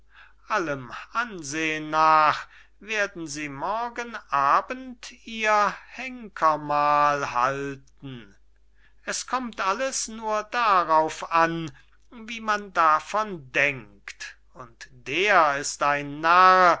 allem ansehen nach werden sie morgen abend ihr henker mahl halten es kommt alles nur darauf an wie man davon denkt und der ist ein narr